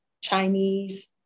Chinese